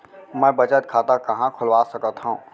मै बचत खाता कहाँ खोलवा सकत हव?